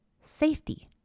safety